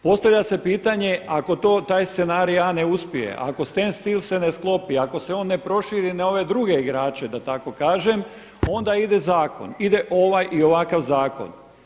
Postavlja se pitanje ako to taj scenarij A ne uspije, ako stand still se ne sklopi, ako se on ne proširi na ove druge igrače, da tako kažem, onda ide zakon, ide ovaj i ovakav zakon.